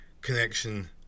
connection